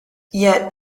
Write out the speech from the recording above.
yet